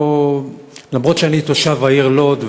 אף שאני תושב העיר לוד,